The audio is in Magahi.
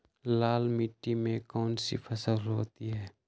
लाल मिट्टी में कौन सी फसल होती हैं?